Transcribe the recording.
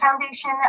Foundation